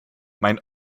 mein